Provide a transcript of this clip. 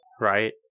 right